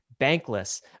bankless